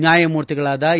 ನ್ಯಾಯಮೂರ್ತಿಗಳಾದ ಎ